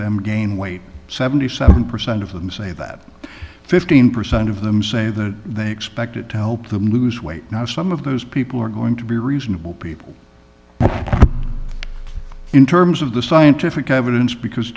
them gain weight seventy seven percent of them say that fifteen percent of them say that they expect it to help them lose weight now some of those people are going to be reasonable people in terms of the scientific evidence because